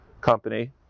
company